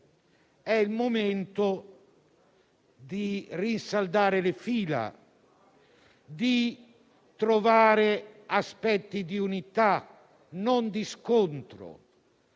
È il momento di rinsaldare le fila, di trovare aspetti di unità, non di scontro.